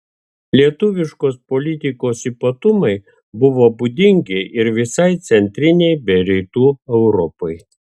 lietuviškos politikos ypatumai buvo būdingi ir visai centrinei bei rytų europai